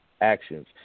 actions